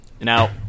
Now